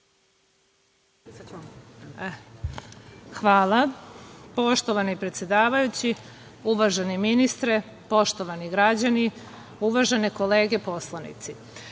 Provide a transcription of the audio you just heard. Hvala. Poštovani predsedavajući, uvaženi ministre, poštovani građani, uvažene kolege poslanici,